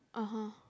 (uh huh)